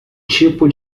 tipo